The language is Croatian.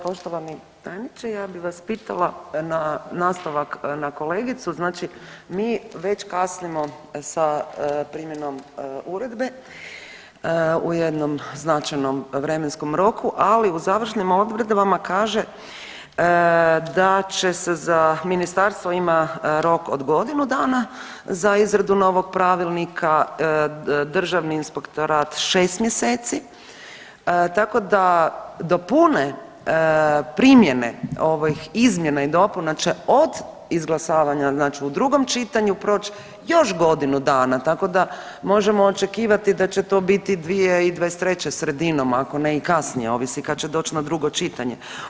Poštovani tajniče ja bi vas pitala na nastavak na kolegicu znači mi već kasnimo sa primjenom uredbe u jednom značajno vremenskom roku, ali u završnim odredbama kaže da će se za ministarstvo ima rok od godinu dana za izradu novog pravilnika, Državni inspektorat 6 mjeseci, tako da do pune primjene ovih izmjena i dopuna će od izglasavanja znači u drugom čitanju proći još godinu dana, tako da možemo očekivati da će to biti 2023. sredinom ako ne i kasnije ovisi kad će doći na drugo čitanje.